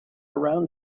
around